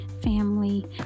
family